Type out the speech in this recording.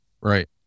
Right